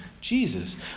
Jesus